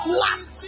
last